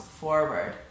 forward